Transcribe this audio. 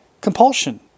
compulsion